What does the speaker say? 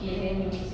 mm